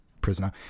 prisoner